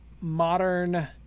modern